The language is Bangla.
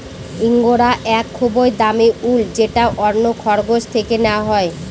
ইঙ্গরা এক খুবই দামি উল যেটা অন্য খরগোশ থেকে নেওয়া হয়